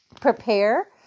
prepare